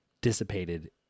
dissipated